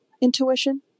intuition